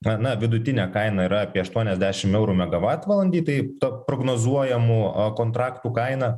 na vidutinė kaina yra apie aštuoniasdešim eurų megavatvalandei tai ta prognozuojamų kontraktų kaina